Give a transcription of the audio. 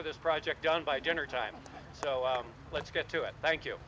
of this project done by jenner time so let's get to it thank you